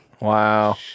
Wow